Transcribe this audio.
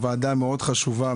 שזו ועדה מאוד חשובה,